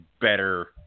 better